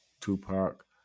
Tupac